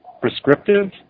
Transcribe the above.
prescriptive